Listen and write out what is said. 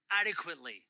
adequately